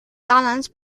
saarlandes